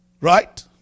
Right